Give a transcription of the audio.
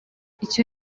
icyo